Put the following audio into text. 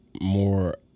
more